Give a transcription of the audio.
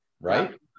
right